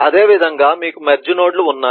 అదేవిధంగా మీకు మెర్జ్ నోడ్లు ఉన్నాయి